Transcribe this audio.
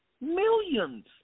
Millions